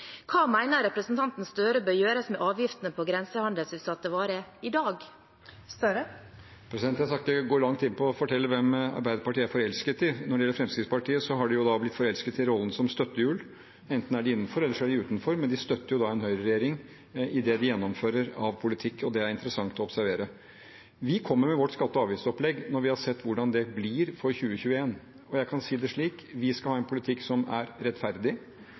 Hva mener representanten Gahr Støre bør gjøres med avgiftene på grensehandelsutsatte varer i dag? Jeg skal ikke gå langt inn på å fortelle hvem Arbeiderpartiet er forelsket i. Når det gjelder Fremskrittspartiet, har de blitt forelsket i rollen som støttehjul. Enten er de innenfor, eller så er de utenfor, men de støtter jo en høyreregjering i det de gjennomfører av politikk, og det er interessant å observere. Vi kommer med vårt skatte- og avgiftsopplegg når vi har sett hvordan det blir for 2021. Jeg kan si det slik: Vi skal ha en politikk som er rettferdig.